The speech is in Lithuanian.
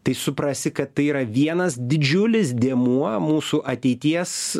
tai suprasi kad tai yra vienas didžiulis dėmuo mūsų ateities